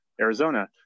Arizona